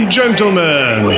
gentlemen